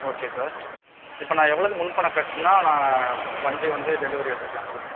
okay sir இப்போ நான் எவ்வளோது முன்பணம் கட்டினா நான் வண்டி வந்து டெலிவரி எடுத்துக்கலாம் சார்